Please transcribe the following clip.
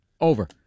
Over